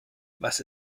was